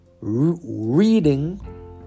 reading